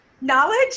knowledge